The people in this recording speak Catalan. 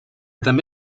també